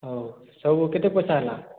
ହଉ ସବୁ କେତେ ପଇସା ହେଲା